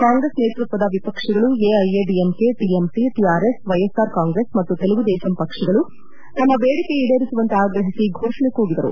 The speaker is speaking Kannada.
ಕಾಂಗ್ರೆಸ್ ನೇತೃತ್ವದ ವಿಪಕ್ಷಗಳು AIADMK TMC TRS YSR Congress ಮತ್ತು ತೆಲುಗುದೇಶಂ ಪಕ್ಷಗಳು ತಮ್ಮ ಬೇಡಿಕೆ ಈಡೇರಿಸುವಂತೆ ಆಗ್ರಹಿಸಿ ಫೋಷಣೆ ಕೂಗಿದರು